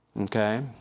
Okay